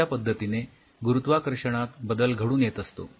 अश्या पद्धतीने गुरुत्वाकर्षणात बदल घडून येत असतो